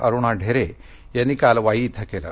अरुणा ढेरे यांनी काल वाई इथं केलं